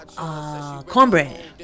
Cornbread